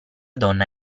donna